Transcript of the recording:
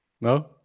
no